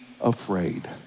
afraid